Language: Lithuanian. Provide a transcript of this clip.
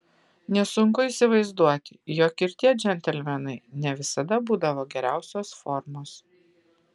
nesunku įsivaizduoti jog ir tie džentelmenai ne visada būdavo geriausios formos